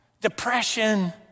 depression